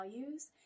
values